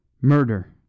Murder